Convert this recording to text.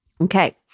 Okay